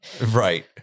Right